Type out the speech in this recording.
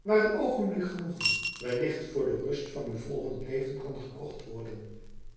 waar een oogenblik genoegen wellicht voor de rust van uw volgend leven kan gekocht worden